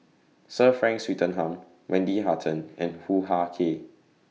Sir Frank Swettenham Wendy Hutton and Hoo Ah Kay